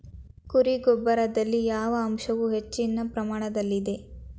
ಕುರಿ ಗೊಬ್ಬರದಲ್ಲಿ ಯಾವ ಅಂಶವು ಹೆಚ್ಚಿನ ಪ್ರಮಾಣದಲ್ಲಿದೆ?